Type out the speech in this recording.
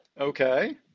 Okay